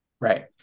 Right